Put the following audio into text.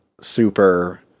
super